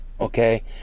okay